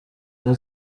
iyo